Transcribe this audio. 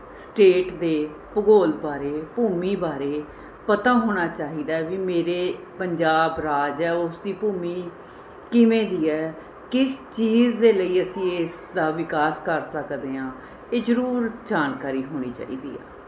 state ਦੇ ਭੂਗੋਲ ਬਾਰੇ ਭੂਮੀ ਬਾਰੇ ਪਤਾ ਹੋਣਾ ਚਾਹੀਦਾ ਵੀ ਮੇਰੇ ਪੰਜਾਬ ਰਾਜ ਹੈ ਉਸਦੀ ਭੂਮੀ ਕਿਵੇਂ ਦੀ ਹੈ ਕਿਸ ਚੀਜ਼ ਦੇ ਲਈ ਅਸੀਂ ਇਸ ਦਾ ਵਿਕਾਸ ਕਰ ਸਕਦੇ ਹਾਂ ਇਹ ਜ਼ਰੂਰ ਜਾਣਕਾਰੀ ਹੋਣੀ ਚਾਹੀਦੀ ਆ